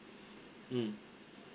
mm